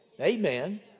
Amen